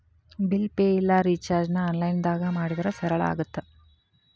bill pay ಇಲ್ಲಾ ರಿಚಾರ್ಜ್ನ ಆನ್ಲೈನ್ದಾಗ ಮಾಡಿದ್ರ ಸರಳ ಆಗತ್ತ